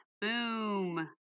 Boom